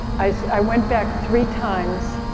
i, i went back three times,